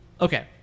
Okay